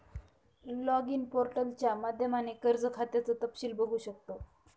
login पोर्टलच्या माध्यमाने कर्ज खात्याचं तपशील बघू शकतो